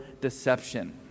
deception